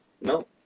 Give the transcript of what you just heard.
no